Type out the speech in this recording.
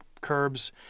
curbs